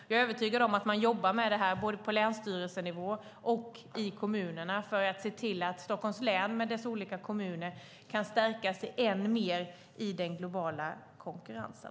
Jag är övertygad om att man jobbar med det här, både på länsstyrelsenivå och i kommunerna, för att se till att Stockholms län med dess olika kommuner kan stärkas än mer i den globala konkurrensen.